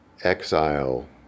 exile